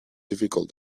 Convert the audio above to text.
difficult